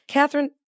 Catherine